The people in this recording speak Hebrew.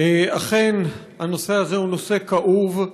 אכן הנושא הזה הוא נושא כאוב,